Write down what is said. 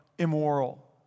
Immoral